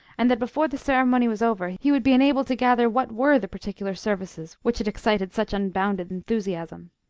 and that before the ceremony was over he would be enabled to gather what were the particular services which had excited such unbounded enthusiasm.